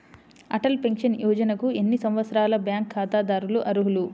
Atal pension యోజనకు ఎన్ని సంవత్సరాల బ్యాంక్ ఖాతాదారులు అర్హులు?